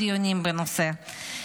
אני עדיין נחרצת בנושא הזה.